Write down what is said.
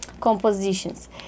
compositions